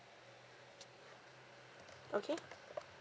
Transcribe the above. okay